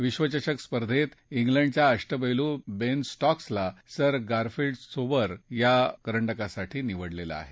विश्वचषक स्पर्धेत श्लंडच्या अष्टपैलू बेन स्टॉक्सला सर गारफील्ड सोबर्स करंडकासाठी निवडलं आहे